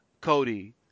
Cody